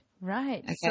right